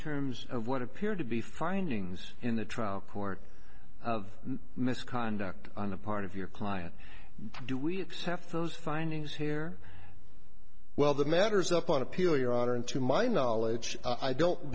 terms of what appeared to be findings in the trial court of misconduct on the part of your client do we have to those findings here well the matter is up on appeal your honor and to my knowledge i don't